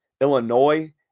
Illinois